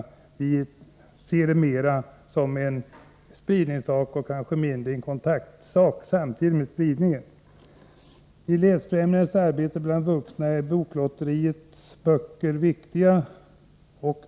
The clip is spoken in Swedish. Vi ser det hela mera som en spridningsangelägenhet och mindre som en fråga om kontakt samtidigt med spridningen. I det läsfrämjande arbetet bland vuxna är Boklotteriets böcker viktiga.